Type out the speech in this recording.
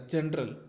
General